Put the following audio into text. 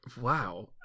wow